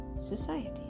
society